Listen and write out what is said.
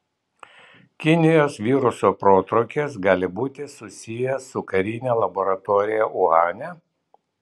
kinijos viruso protrūkis gali būti susijęs su karine laboratorija uhane